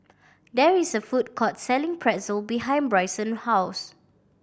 there is a food court selling Pretzel behind Brycen house